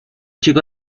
chico